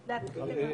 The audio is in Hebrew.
להתחיל לממש את זה.